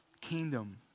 kingdom